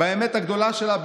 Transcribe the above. באמת הגדולה שלה,